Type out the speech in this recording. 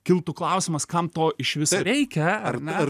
kiltų klausimas kam to išvis reikia ar ne